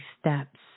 steps